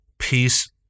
Peace